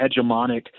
hegemonic